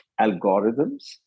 algorithms